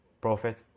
Profit